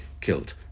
killed